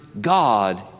God